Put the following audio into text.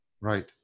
Right